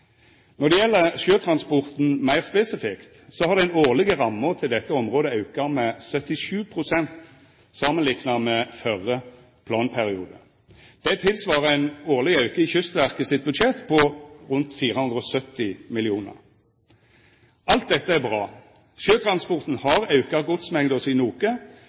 Når det gjeld sjøtransporten meir spesifikt, har den årlege ramma til dette området auka med 77 pst. samanlikna med den førre planperioden. Det tilsvarer ein årleg auke i Kystverket sitt budsjett på rundt 470 mill. kr. Alt dette er bra. Sjøtransporten har auka godsmengda si noko,